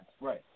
Right